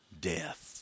death